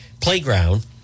Playground